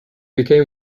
became